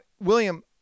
William